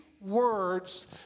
words